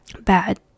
bad